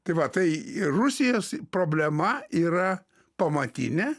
tai va tai rusijos problema yra pamatinė